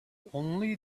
only